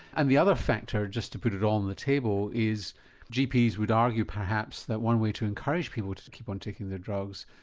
and the other factor, just to put it on the table, table, is gps would argue perhaps that one way to encourage people to to keep on taking the drugs,